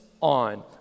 on